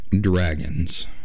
dragons